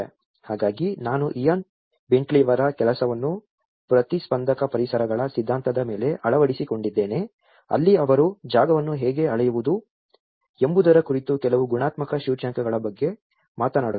ಹಾಗಾಗಿ ನಾನು ಇಯಾನ್ ಬೆಂಟ್ಲಿಯವರ ಕೆಲಸವನ್ನು ಪ್ರತಿಸ್ಪಂದಕ ಪರಿಸರಗಳ ಸಿದ್ಧಾಂತದ ಮೇಲೆ ಅಳವಡಿಸಿಕೊಂಡಿದ್ದೇನೆ ಅಲ್ಲಿ ಅವರು ಜಾಗವನ್ನು ಹೇಗೆ ಅಳೆಯುವುದು ಎಂಬುದರ ಕುರಿತು ಕೆಲವು ಗುಣಾತ್ಮಕ ಸೂಚ್ಯಂಕಗಳ ಬಗ್ಗೆ ಮಾತನಾಡುತ್ತಾರೆ